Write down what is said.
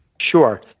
Sure